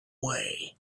way